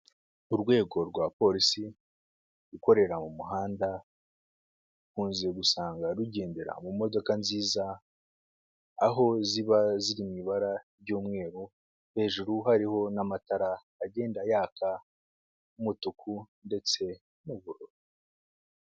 Urwego rwa polisi ikorera mu muhanda ukunze gusanga rugendera mu modoka nziza, aho ziba ziri mu ibara ry'umweru, hejuru hariho n'amatara agenda yaka nk'umutuku ndetse n'ubururu.